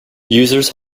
users